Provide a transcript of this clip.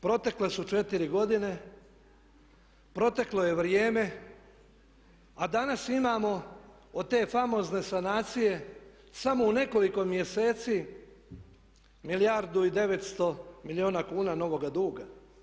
Protekle su 4 godine, proteklo je vrijeme a danas imamo od te famozne sanacije samo u nekoliko mjeseci milijardu i 900 milijuna kuna novoga duga.